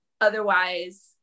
otherwise